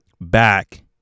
back